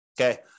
Okay